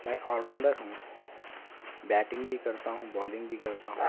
میں all rounder ہوں batting بھی کرتا ہوں بالنگ بھی کرتا ہوں